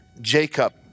Jacob